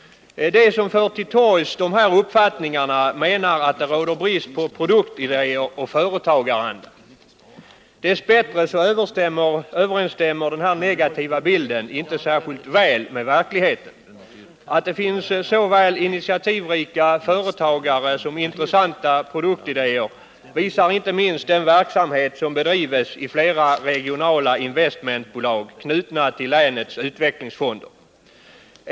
De som för till torgs de här uppfattningarna menar att det råder brist på produktidéer och företagaranda. Dess bättre överensstämmer den här negativa bilden inte särskilt väl med verkligheten. Att det finns såväl initiativrika företagare som intressanta produktidéer visar inte minst den verksamhet som bedrivs i flera regionala investmentbolag knutna till länets utvecklingsfonder.